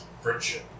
Friendship